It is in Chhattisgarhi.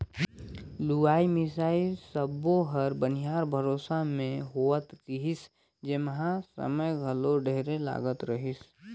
लुवई मिंसई सब्बो हर बनिहार भरोसा मे होवत रिहिस जेम्हा समय घलो ढेरे लागत रहीस